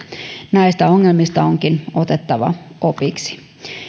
näistä ongelmista onkin otettava opiksi